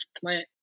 plant